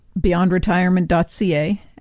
beyondretirement.ca